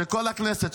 של כל הכנסת,